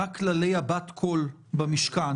בין שבעה לתשעה,